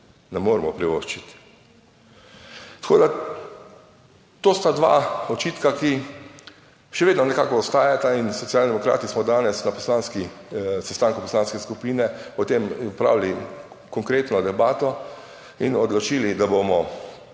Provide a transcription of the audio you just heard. ne moremo privoščiti. Tako, da to sta dva očitka, ki še vedno nekako ostajata in Socialni demokrati smo danes na poslanski, na sestanku poslanske skupine o tem opravili konkretno debato in odločili, da bomo